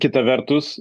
kita vertus